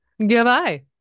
goodbye